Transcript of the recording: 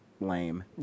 lame